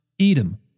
Edom